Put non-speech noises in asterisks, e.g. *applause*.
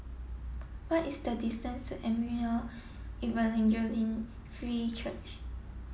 what is the distance to Emmanuel *unintelligible* Free Church